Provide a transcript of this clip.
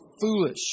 foolish